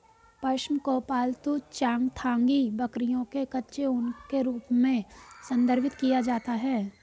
पश्म को पालतू चांगथांगी बकरियों के कच्चे ऊन के रूप में संदर्भित किया जाता है